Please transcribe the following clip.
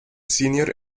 senior